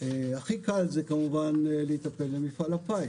הכי קל זה כמובן להיטפל למפעל הפיס.